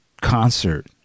concert